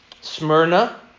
smyrna